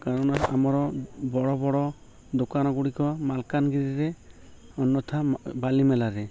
କାରଣ ଆମର ବଡ଼ ବଡ଼ ଦୋକାନ ଗୁଡ଼ିକ ମାଲକାନଗିରିରେ ଅନ୍ୟଥା ବାଲିମେଲାରେ